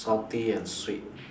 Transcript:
salty and sweet